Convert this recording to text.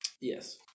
Yes